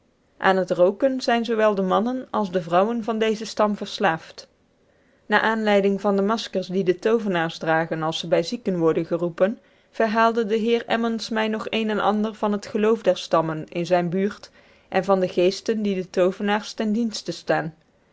aan het rooken zijn zoowel de mannen als de vrouwen van dezen stam verslaafd naar aanleiding van de maskers die de toovenaars dragen als ze bij zieken worden geroepen verhaalde de heer emmons mij nog een en ander van het geloof der stammen in zijne buurt en van de geesten die den toovenaars ten